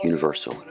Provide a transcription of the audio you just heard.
Universal